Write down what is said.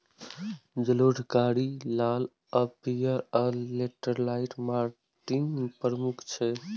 जलोढ़, कारी, लाल आ पीयर, आ लेटराइट माटि प्रमुख छै